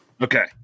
Okay